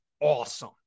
awesome